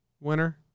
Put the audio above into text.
winner